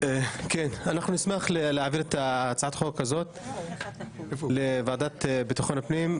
אנחנו נשמח להעביר את הצעת החוק הזאת לוועדת ביטחון הפנים,